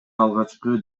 алгачкы